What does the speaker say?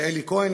ואלי כהן,